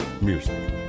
music